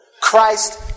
Christ